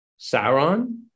Sauron